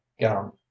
gown